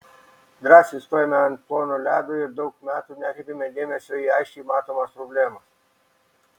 drąsiai stojome ant plono ledo ir daug metų nekreipėme dėmesio į aiškiai matomas problemas